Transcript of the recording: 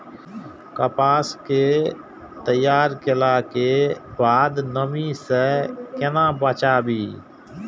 कपास के तैयार कैला कै बाद नमी से केना बचाबी?